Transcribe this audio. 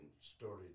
started